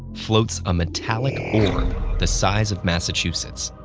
floats a metallic orb the size of massachusetts.